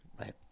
right